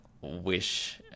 wish